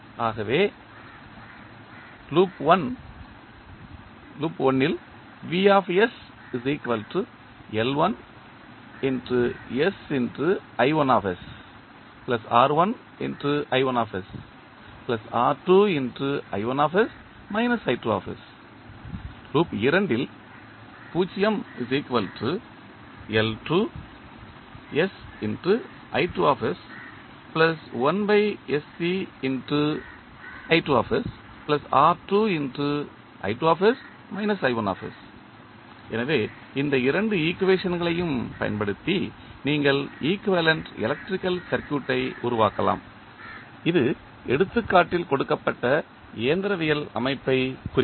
ஆகவே எனவே இந்த இரண்டு ஈக்குவேஷன்களையும் பயன்படுத்தி நீங்கள் ஈக்குவேலண்ட் எலக்ட்ரிக்கல் சர்க்யூட்டை உருவாக்கலாம் இது எடுத்துக்காட்டில் கொடுக்கப்பட்ட இயந்திரவியல் அமைப்பைக் குறிக்கும்